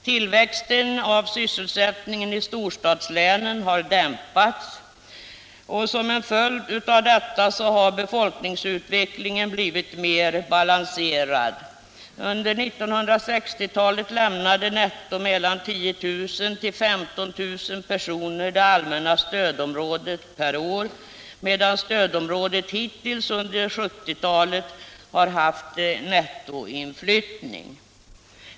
Tillväxten äv sysselsättningen i storstadslänen har dämpats, och som en följd av detta har befolkningsutvecklingen blivit mer balanserad. Under 1960-talet lämnade netto mellan 10 000 och 15 000 personer per år det allmänna stödområdet, medan stödområdet hittills under 1970-talet har haft nettoinflyttning.